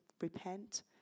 repent